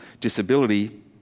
disability